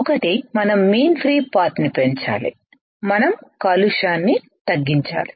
ఒకటి మనం mean free path ని పెంచాలి మనం కాలుష్యాన్ని తగ్గించాలి